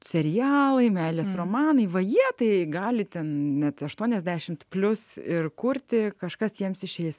serialai meilės romanai vaje tai galite net aštuoniasdešimt plius ir kurti kažkas jiems išeis